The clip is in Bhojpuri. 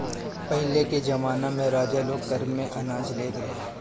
पहिले के जमाना में राजा लोग कर में अनाज लेत रहे